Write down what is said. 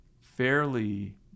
fairly